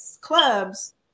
clubs